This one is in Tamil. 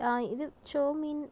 இது ஷோமின்